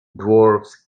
dwarves